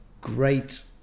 great